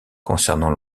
concernant